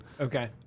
Okay